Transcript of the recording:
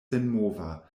senmova